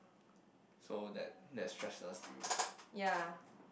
ya